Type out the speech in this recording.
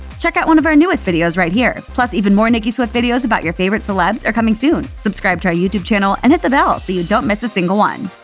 check out one of our newest videos right here! plus, even more nicki swift videos about your favorite celebs are coming soon. subscribe to our youtube channel and hit the bell so you don't miss a single one.